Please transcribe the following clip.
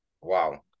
Wow